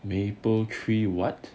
mapletree what